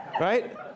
Right